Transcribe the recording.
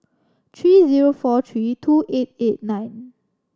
three zero four three two eight eight nine